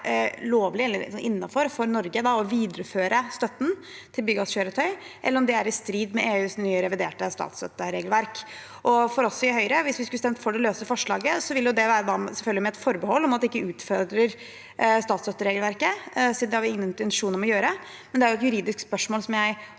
for Norge å videreføre støtten til biogasskjøretøy, eller om det er i strid med EUs nye reviderte statsstøtteregelverk. Hvis vi i Høyre skulle stemt for det løse forslaget, ville det selvfølgelig være med et forbehold om at det ikke utfordrer statsstøtteregelverket, for det har vi ingen intensjon om å gjøre. Det er et juridisk spørsmål jeg